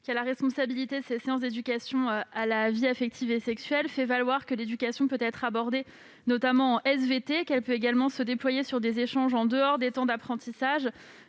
qui a la responsabilité de ces séances d'éducation à la vie affective et sexuelle, fait valoir que l'éducation peut être abordée en SVT, mais qu'elle peut également se déployer lors d'échanges ayant lieu en dehors des temps d'apprentissage,